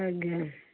ଆଜ୍ଞା